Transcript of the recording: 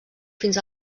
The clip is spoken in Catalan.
fins